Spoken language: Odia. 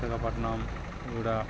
ବିଶାଖାପଟନମ ଗୁଡ଼ା